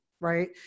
right